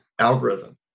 algorithm